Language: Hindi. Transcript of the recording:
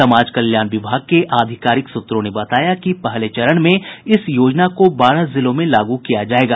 समाज कल्याण विभाग के आधिकारिक सूत्रों ने बताया कि पहले चरण में इस योजना को बारह जिलों में लागू किया जायेगा